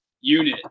unit